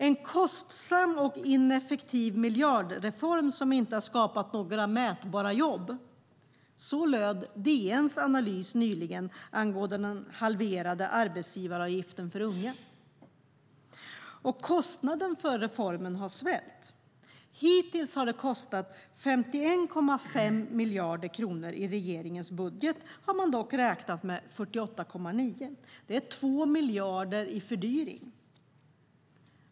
"En kostsam och ineffektiv miljardreform som inte har skapat några mätbara jobb" - så löd DN:s analys nyligen angående den halverade arbetsgivaravgiften för unga. Och kostnaden för reformen har svällt. Hittills har den kostat 51,5 miljarder kronor. I regeringens budget har man dock räknat med 48,9 miljarder kronor. Det är 2 miljarder i fördyring.